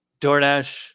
doordash